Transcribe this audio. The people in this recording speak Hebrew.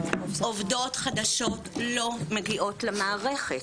עובדות חדשות לא מגיעות למערכת,